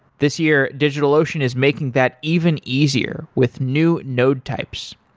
this year, digitalocean is making that even easier with new node types.